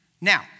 Now